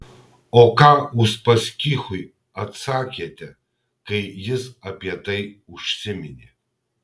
o ką uspaskichui atsakėte kai jis apie tai užsiminė